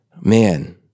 Man